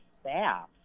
staff